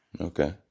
Okay